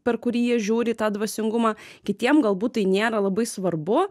per kurį jie žiūri į tą dvasingumą kitiem galbūt tai nėra labai svarbu